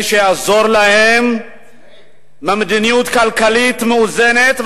שיעזור להם עם מדיניות כלכלית מאוזנת,